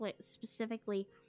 specifically